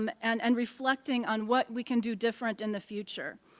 um and and reflecting on what we can do different in the future.